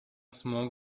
смог